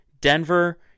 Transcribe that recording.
Denver